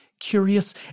curious